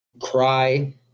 cry